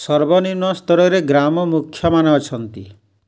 ସର୍ବନିମ୍ନ ସ୍ତରରେ ଗ୍ରାମ ମୁଖ୍ୟମାନେ ଅଛନ୍ତି